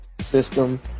system